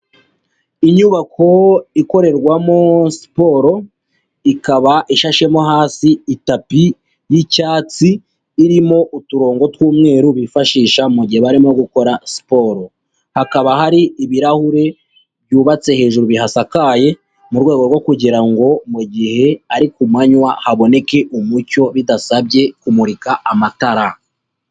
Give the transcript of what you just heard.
Inyubako ikorerwamo siporo, ikaba ishashemo hasi itapi y'icyatsi irimo uturongo tw'umweru bifashisha mu gihe barimo gukora siporo, hakaba hari ibirahure byubatse hejuru bihasakaye, mu rwego rwo kugira ngo mu gihe ari ku manywa haboneke umucyo bidasabye kumurika amatara.